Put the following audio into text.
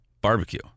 barbecue